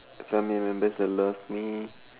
family members they love me